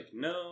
no